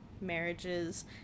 marriages